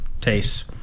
tastes